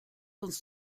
uns